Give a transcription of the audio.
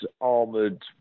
armoured